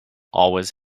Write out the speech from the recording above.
always